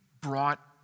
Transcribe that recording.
brought